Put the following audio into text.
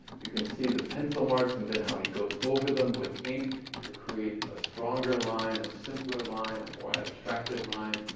you can see the pencil marks, and then how he goes over them with ink to create a stronger line, a simpler line, a more abstracted line.